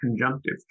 conjunctive